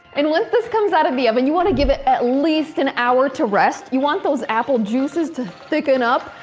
and once this comes out of the oven, you want to give it at least an hour to rest, you want those apple juices to thicken up.